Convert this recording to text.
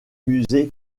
musée